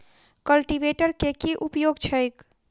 Cultivator केँ की उपयोग छैक?